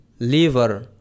liver